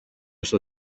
στο